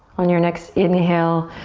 on your next inhale,